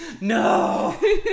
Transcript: No